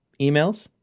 emails